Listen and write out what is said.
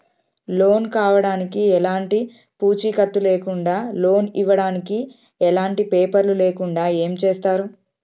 Loan కావడానికి ఎలాంటి పూచీకత్తు లేకుండా లోన్ ఇవ్వడానికి ఎలాంటి పేపర్లు లేకుండా ఏం చేస్తారు?